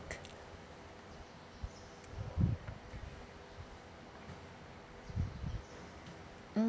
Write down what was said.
mm